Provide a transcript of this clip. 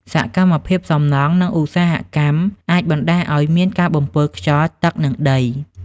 សកម្មភាពសំណង់ និងឧស្សាហកម្មអាចបណ្ដាលឲ្យមានការបំពុលខ្យល់ ទឹក និងដី។